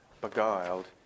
beguiled